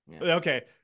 Okay